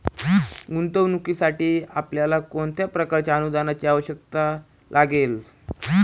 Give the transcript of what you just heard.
गुंतवणुकीसाठी आपल्याला कोणत्या प्रकारच्या अनुदानाची आवश्यकता लागेल?